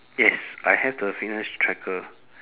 yes I have the fitness tracker